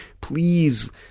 please